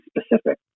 specific